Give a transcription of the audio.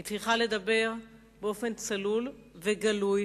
היא צריכה לדבר באופן צלול וגלוי